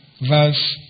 verse